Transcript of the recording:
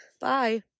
Bye